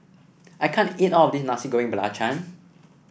I can't eat all of this Nasi Goreng Belacan